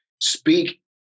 speak